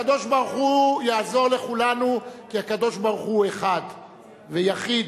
הקדוש-ברוך-הוא יעזור לכולנו כי הקדוש-ברוך-הוא הוא אחד ויחיד,